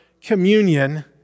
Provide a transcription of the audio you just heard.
communion